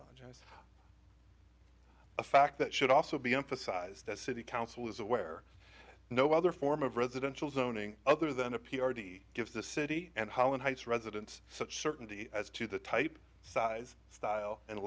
site a fact that should also be emphasized that city council is aware no other form of residential zoning other than a p r t gives the city and holland heights residents such certainty as to the type size style and